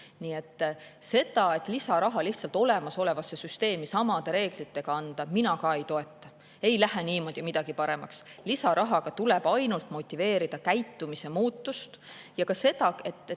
soovist. Seda, et lisaraha lihtsalt olemasolevasse süsteemi samade reeglitega anda, mina ka ei toeta. Ei lähe niimoodi midagi paremaks. Lisarahaga tuleb ainult motiveerida käitumise muutust ja ka seda, et